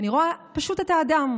אני רואה פשוט את האדם,